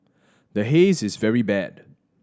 the Haze is very bad